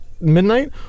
midnight